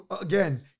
again